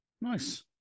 Nice